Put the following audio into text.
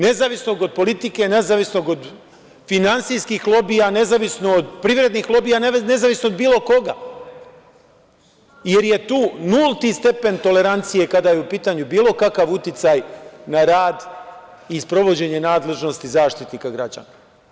Nezavisnog od politike, nezavisnog od finansijskih lobija, nezavisnog od privrednih lobija, nezavisnog od bilo koga, jer je tu nulti stepen tolerancije kada je u pitanju bilo kakav uticaj na rad i sprovođenje nadležnosti Zaštitnika građana.